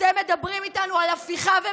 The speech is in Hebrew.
אני קורא למהפכה החוקתית הזאת